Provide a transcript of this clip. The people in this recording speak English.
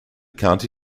county